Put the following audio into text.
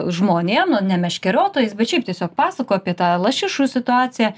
žmonėm nu ne meškeriotojais bet šiaip tiesiog pasakoju apie tą lašišų situaciją